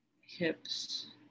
hips